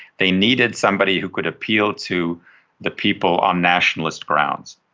they needed somebody who could appeal to the people on nationalist grounds.